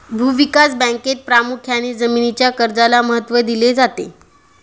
भूविकास बँकेत प्रामुख्याने जमीनीच्या कर्जाला महत्त्व दिले जाते